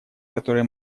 которые